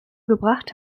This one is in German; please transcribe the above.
gebracht